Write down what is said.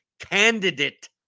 Candidate